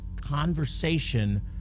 conversation